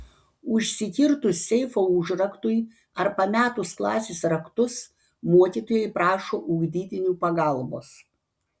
užsikirtus seifo užraktui ar pametus klasės raktus mokytojai prašo ugdytinių pagalbos